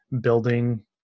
building